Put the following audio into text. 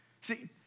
See